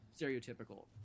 stereotypical